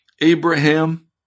Abraham